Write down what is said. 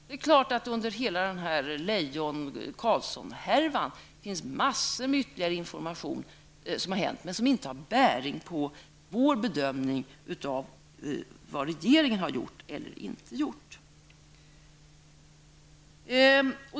Det är klart att det i hela Leijon Carlsson-härvan finns massor med ytterligare information, som inte har bäring på vår bedömning av vad regeringen har gjort eller inte gjort.